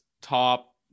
top